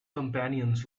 companions